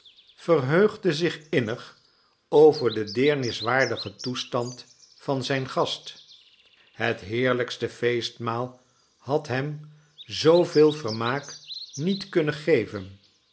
verheugde zich innig over den deerniswaardigen toestand van zijn gast het heerlijkste feestmaal had hem zooveel vermaak niet kunnen geven